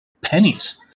pennies